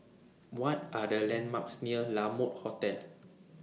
What Are The landmarks near La Mode Hotel